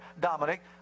Dominic